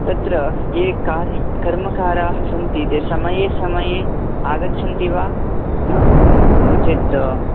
तत्र ये कर्मकाराः सन्ति ते समये समये आगच्छन्ति वा न नो चेत्